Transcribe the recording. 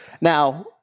Now